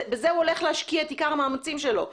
בזה הוא הולך להציע את עיקר המאמצים שלו.